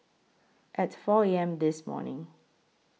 At four A M This morning